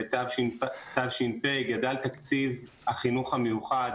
לתש"ף, גדל תקציב החינוך המיוחד